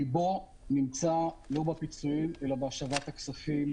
ליבו נמצא לא בפיצויים אלא בהשבת הכספים